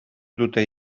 dute